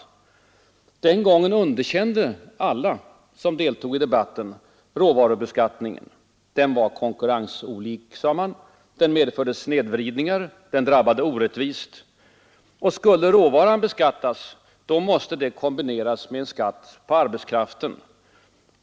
Den gången underkände alla som deltog i debatten råvarubeskattningen. Den var konkurrensolik, sade man. Den medförde snedvridningar, den drabbade orättvist, och skulle råvaran beskattas måste det kombineras med en skatt på arbetskraften.